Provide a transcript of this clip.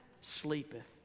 sleepeth